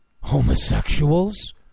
homosexuals